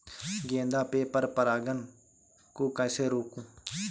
गेंदा में पर परागन को कैसे रोकुं?